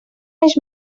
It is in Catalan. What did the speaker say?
més